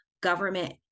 government